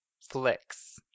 flicks